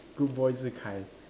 good boy Zhi Kai